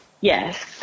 Yes